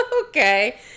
Okay